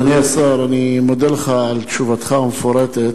אדוני השר, אני מודה לך על תשובתך המפורטת,